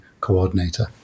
Coordinator